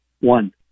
One